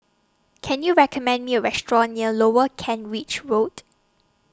Can YOU recommend Me A Restaurant near Lower Kent Ridge Road